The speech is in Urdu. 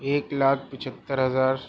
ایک لاکھ پچہتر ہزار